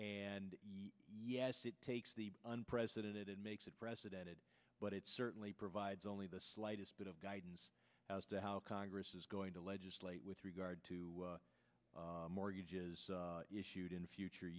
and yes it takes the unprecedented and makes it president but it certainly provides only the slightest bit of guidance as to how congress is going to legislate with regard to mortgages issued in future